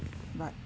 but